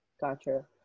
Gotcha